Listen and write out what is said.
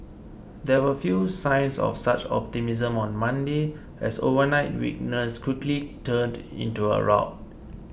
there were few signs of such optimism on Monday as overnight weakness quickly turned into a rout